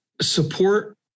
support